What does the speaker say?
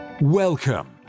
Welcome